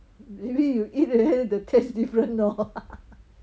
maybe you eat already the taste different lor